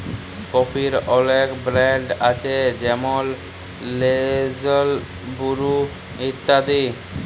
কফির অলেক ব্র্যাল্ড আছে যেমল লেসলে, বুরু ইত্যাদি